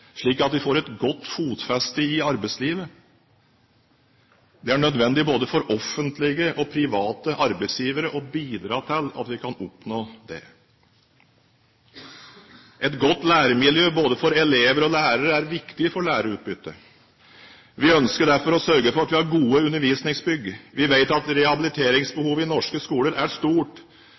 slik at de får et godt fotfeste i arbeidslivet. Det er nødvendig at både offentlige og private arbeidsgivere bidrar til at vi kan oppnå det. Et godt læremiljø, både for elever og lærere, er viktig for læringsutbyttet. Vi ønsker derfor å sørge for at vi har gode undervisningsbygg. Vi vet at rehabiliteringsbehovet i norske skoler er stort,